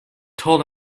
told